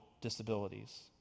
disabilities